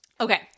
Okay